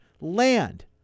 land